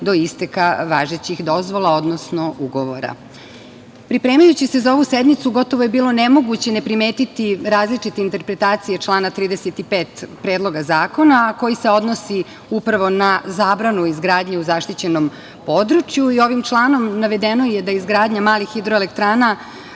do isteka važećih dozvola, odnosno ugovora. Pripremajući se za ovu sednicu, gotovo je bilo nemoguće ne primetiti različite interpretacije člana 35. Predloga zakona, a koji se odnosi upravo na zabranu izgradnje u zaštićenom području. Ovim članom navedeno je da izgradnja malih hidroelektrana